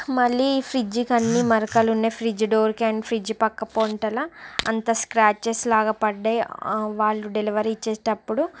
మళ్ళీ ఫ్రిడ్జ్కి అన్నీ మరకలు ఉన్నాయి ఫ్రిడ్జ్ డోర్ అండ్ ఫ్రిడ్జ్ పక్క పొంతల అంత స్క్రాచెస్ లాగా పడ్డాయి వాళ్ళు డెలివరీ చేసేటప్పుడు